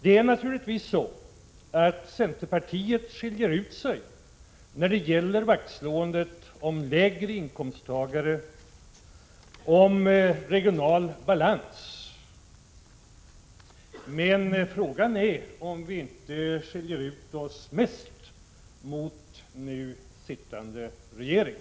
Det är naturligtvis så att centerpartiet skiljer ut sig när det gäller att slå vakt om lägre inkomsttagare och om regional balans, men frågan är om vi inte skiljer ut oss mest som motståndare till nu sittande regering.